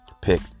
pick